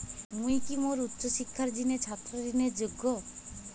মুই কি মোর উচ্চ শিক্ষার জিনে ছাত্র ঋণের যোগ্য?